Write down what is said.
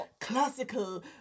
classical